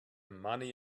money